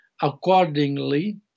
accordingly